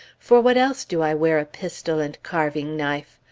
for what else do i wear a pistol and carving-knife?